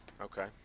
Okay